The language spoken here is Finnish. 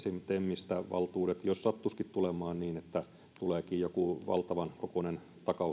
temistä valtuudet jos sattuisikin niin että tuleekin joku valtavan kokoinen